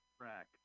Track